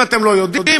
אם אתם לא יודעים,